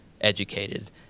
educated